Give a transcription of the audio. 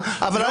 שזה יהיה